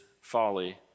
folly